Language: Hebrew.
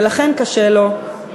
ולכן לפעמים קשה לו יותר.